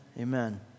amen